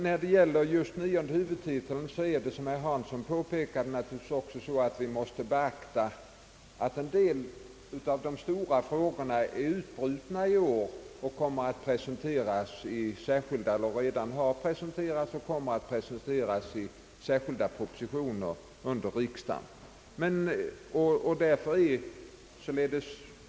När det gäller just nionde huvudtiteln måste vi — som herr Hansson påpekat — beakta att en del av de stora frågorna i år är utbrutna och antingen redan har presenterats eller kommer att presenteras i särskilda propositioner under riksdagen.